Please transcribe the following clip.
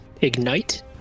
ignite